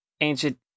ancient